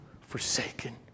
forsaken